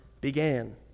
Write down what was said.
began